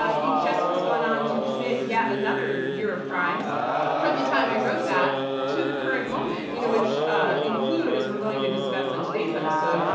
he just has gone on to commit yet another year of crimes from the time i wrote that to the current moment, you know which include, as we're going to discuss on today's episode,